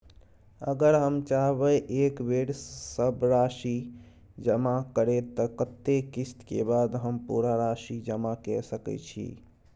अगर हम चाहबे एक बेर सब राशि जमा करे त कत्ते किस्त के बाद हम पूरा राशि जमा के सके छि?